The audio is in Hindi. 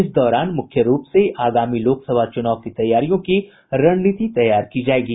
इस दौरान मुख्य रूप से आगामी लोकसभा चुनाव की तैयारियों की रणनीति तैयार की जायेगी